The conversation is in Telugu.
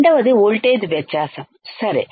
రెండవది వోల్టేజ్ వ్యత్యాసం సరే